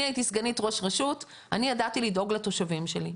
אני הייתי סגנית ראש רשות ואני ידעתי לדאוג לתושבים שלי.